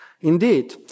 Indeed